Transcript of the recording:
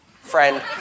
Friend